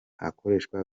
hakoreshwa